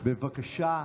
בבקשה.